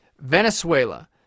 Venezuela